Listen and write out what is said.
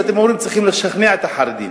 שאתם אומרים: צריך לשכנע את החרדים,